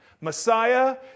Messiah